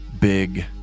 big